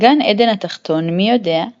גן-עדן התחתון מי יודע?